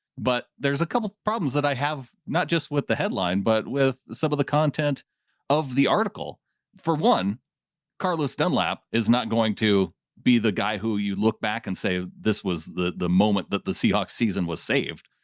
but there's a couple of problems that i have, not just with the headline, but with some of the content of the article for one carlos dunlap is not going to be the guy who you look back and say, this was the the moment that the seahawks season was saved.